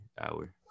hour